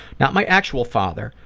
not my actual father,